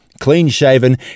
clean-shaven